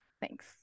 thanks